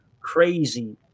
crazy